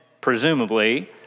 presumably